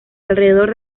alrededor